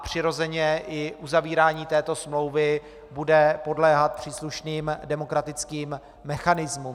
Přirozeně i uzavírání této smlouvy bude podléhat příslušným demokratickým mechanismům.